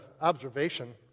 observation